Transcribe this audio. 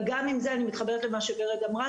אבל גם עם זה אני מתחברת למה שורד אמרה